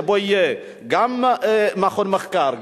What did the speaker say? שבו יהיו גם מכון מחקר,